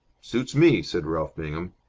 suits me, said ralph bingham.